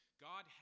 God